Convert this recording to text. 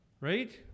right